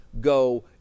go